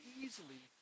easily